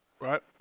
Right